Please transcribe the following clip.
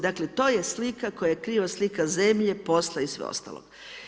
Dakle, to je slika, koja je kriva slika zemlje, posla i sveg ostalog.